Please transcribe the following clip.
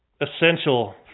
Essential